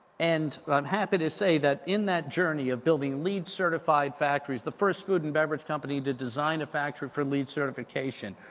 and, i'm happy to say that in that journey of building leed certified factories, the first food and beverage company to design a factory for leed certification.